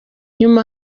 nyuma